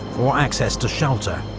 or access to shelter.